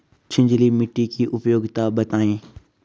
छिछली मिट्टी की उपयोगिता बतायें?